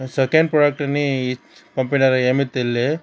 second ప్రోడక్ట్ని పంపినారో ఏమీ తెలిలే